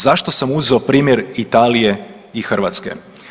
Zašto sam uzeo primjer Italije i Hrvatske?